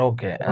Okay